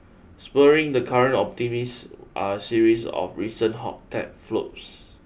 spurring the current optimism are a series of recent hot tech floats